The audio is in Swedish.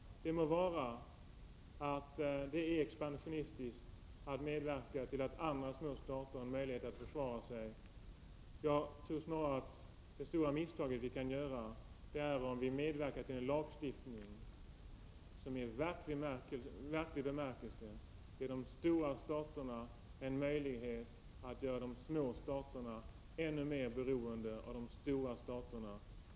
Det må vara att det är expansionistiskt att medverka till att andra små stater får möjlighet att försvara sig. Jag tror att det stora misstaget vi kan göra är att vi medverkar till en lagstiftning som i verklig bemärkelse ger de stora staterna en möjlighet att göra de små staterna ännu mer beroende av de stora staterna.